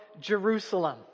Jerusalem